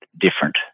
different